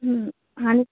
आणि